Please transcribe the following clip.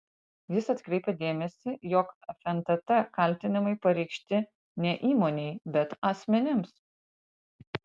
jis atkreipia dėmesį jog fntt kaltinimai pareikšti ne įmonei bet asmenims